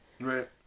right